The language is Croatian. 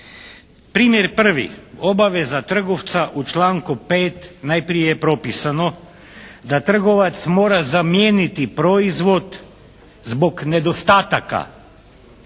Primjer prvi, obaveza trgovca u članku 5. najprije je propisano da trgovac mora zamijeniti proizvod zbog nedostataka.